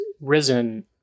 risen